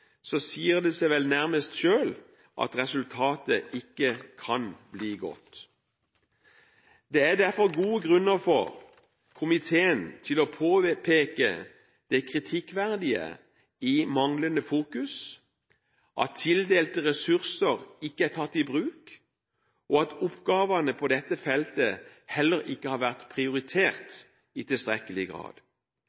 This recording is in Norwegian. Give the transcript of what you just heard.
sier det seg vel nærmest selv at resultatet ikke kan bli godt. Det er derfor gode grunner for komiteen til å påpeke det kritikkverdige i manglende fokus, at tildelte ressurser ikke er tatt i bruk, og at oppgavene på dette feltet heller ikke har vært prioritert